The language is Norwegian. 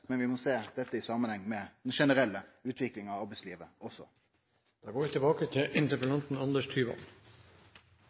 men vi må også sjå dette i samanheng med den generelle utviklinga av arbeidslivet.